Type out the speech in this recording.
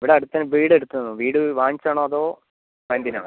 ഇവിടെ അടുത്ത് വീട് എടുത്തത് വീട് വാങ്ങിച്ചത് ആണോ അതോ റെൻറ്റിനാണോ